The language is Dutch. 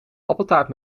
appeltaart